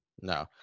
No